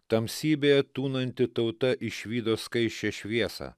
tamsybėje tūnanti tauta išvydo skaisčią šviesą